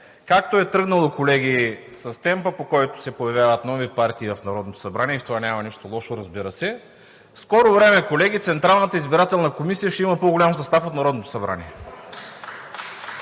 както е тръгнало с темпа, по който се появяват нови партии в Народното събрание, и в това няма нищо лошо, разбира се, в скоро време Централната избирателна комисия ще има по голям състав от Народното събрание.